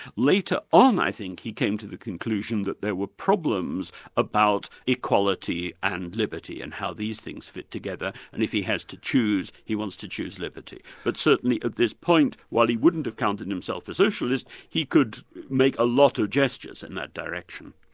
later on i think he became to the conclusion that there were problems about equality and liberty and how these things fit together and if he has to choose, he wants to choose liberty, but certainly at this point, while he wouldn't have counted himself a socialist, he could make a lot of gestures in that direction.